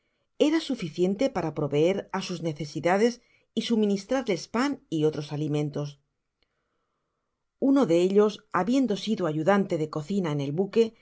era suficiente para proveer á sus necesidades y suministrarles pao y otros alimentos uno de ellos habiendo sido ayudante de eocina ea el buque